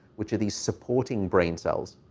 which are these supporting brain cells.